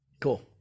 cool